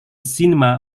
cinema